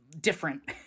different